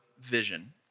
vision